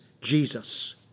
Jesus